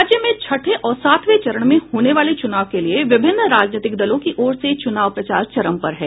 राज्य में छठें और सातवें चरण में होने वाले चुनाव के लिए विभिन्न राजनीतिक दलों की ओर से चुनाव प्रचार चरम पर है